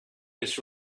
his